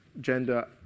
gender